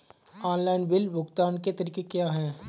Online bill भुगतान के तरीके क्या हैं?